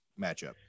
matchup